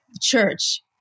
church